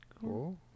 Cool